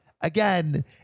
Again